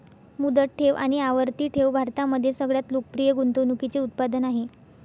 मुदत ठेव आणि आवर्ती ठेव भारतामध्ये सगळ्यात लोकप्रिय गुंतवणूकीचे उत्पादन आहे